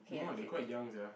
no lah they quite young sia